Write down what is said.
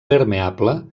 permeable